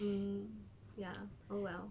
mm ya oh well